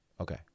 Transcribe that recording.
Okay